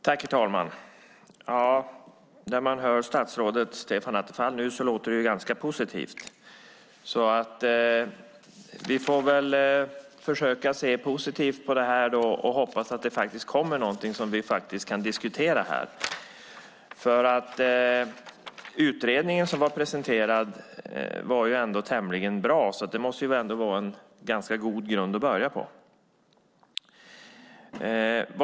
Herr talman! När man hör statsrådet Stefan Attefall låter det ganska positivt. Vi får försöka se positivt på det och hoppas att det kommer något som vi kan diskutera här. Utredningen som presenterades var tämligen bra, så det måste ändå vara en god grund att stå på.